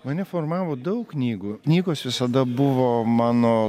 mane formavo daug knygų knygos visada buvo mano